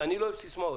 סיסמאות.